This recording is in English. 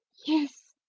yes,